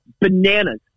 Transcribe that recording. bananas